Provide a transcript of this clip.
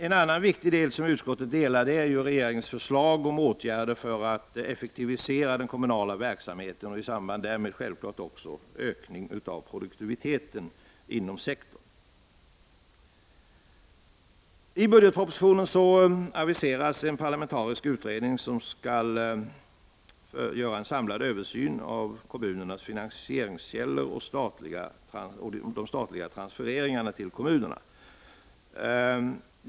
En annan viktig fråga där utskottet delar regeringens uppfattning är förslaget om åtgärder för att effektivisera den kommunala verksamheten och i samband därmed självfallet också öka produktiviteten inom sektorn. I budgetpropositionen aviseras en parlamentarisk utredning, som skall göra en samlad översyn av kommunernas finansieringskällor och de statliga transfereringarna till kommunerna.